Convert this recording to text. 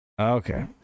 Okay